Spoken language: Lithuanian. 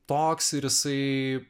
toks ir jisai